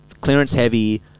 clearance-heavy